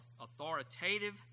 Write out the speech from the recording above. authoritative